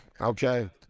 Okay